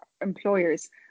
employers